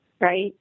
right